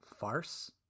farce